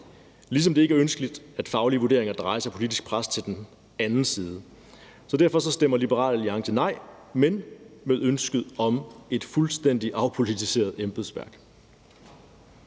heller ikke ønskeligt, at faglige vurderinger giver et politisk pres til den anden side. Derfor stemmer Liberal Alliance nej, men med ønsket om et fuldstændig afpolitiseret embedsværk.